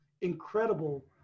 incredible